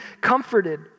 comforted